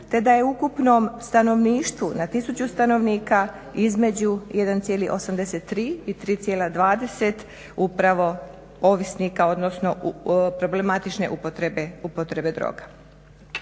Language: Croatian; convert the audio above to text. te da je ukupnom stanovništvu, na 1000 stanovnika između 1,83 i 3,20 upravo ovisnika, odnosno problematične upotrebe droga.